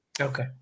Okay